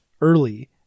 early